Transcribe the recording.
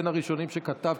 בין הראשונים שכתבתי,